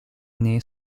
ainé